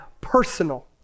personal